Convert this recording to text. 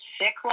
sick